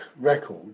record